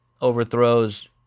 overthrows